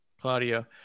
Claudio